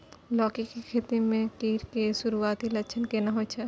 लौकी के खेती मे कीट के सुरूआती लक्षण केना होय छै?